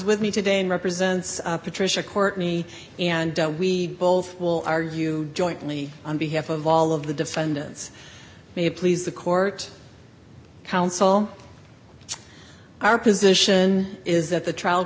with me today and represents patricia courtney and we both will argue jointly on behalf of all of the defendants may please the court counsel our position is that the trial